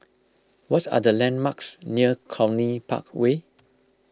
what are the landmarks near Cluny Park Way